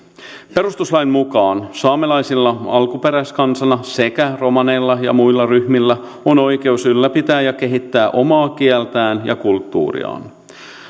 perustuslain mukaan saamelaisilla alkuperäiskansana sekä romaneilla ja muilla ryhmillä on oikeus ylläpitää ja kehittää omaa kieltään ja kulttuuriaan